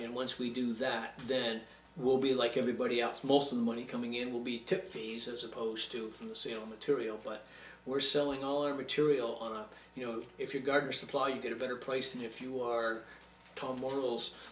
in once we do that then we'll be like everybody else most money coming in will be took fees of supposed to from the sale material but we're selling all or material on up you know if you gardeners supply you get a better place than if you are told morals